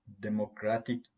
democratic